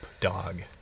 dog